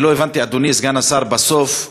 אני לא הבנתי, אדוני סגן השר: בסוף,